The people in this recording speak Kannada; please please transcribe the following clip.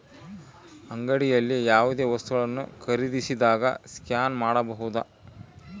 ಅಂಗಡಿಯಲ್ಲಿ ಯಾವುದೇ ವಸ್ತುಗಳನ್ನು ಖರೇದಿಸಿದಾಗ ಸ್ಕ್ಯಾನ್ ಮಾಡಬಹುದಾ?